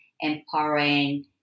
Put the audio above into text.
empowering